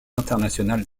international